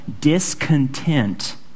discontent